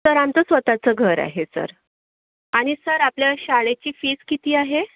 sir आमचं स्वतःचं घर आहे सर आणि सर आपल्या शाळेची फीस किती आहे